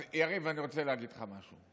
אז, יריב, אני רוצה להגיד לך משהו,